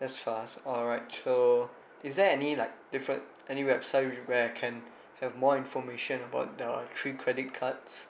that's fast alright so is there any like different any website where I can have more information about the three credit cards